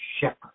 shepherd